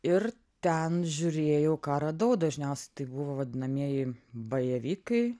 ir ten žiūrėjau ką radau dažniausiai tai buvo vadinamieji bajevikai